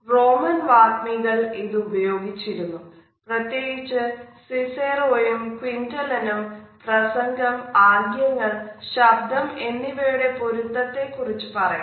Roman വാഗ്മികൾ ഇത് ഉപയോഗിച്ചിരുന്നു പ്രത്ത്യേകിച്ചു സിസെറോയും ക്വിന്റില്ലനും പ്രസംഗം ആംഗ്യങ്ങൾ ശബ്ദം എന്നിവയുടെ പൊരുത്തത്തെ കുറിച്ചു പറയുന്നു